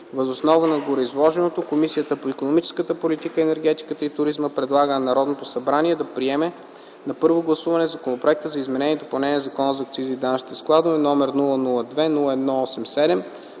Въз основа на гореизложеното Комисията по икономическата политика, енергетика и туризъм предлага на Народното събрание да приеме на първо гласуване Законопроекта за изменение и допълнение на Закона за акцизите и данъчните складове, № 002 01 87,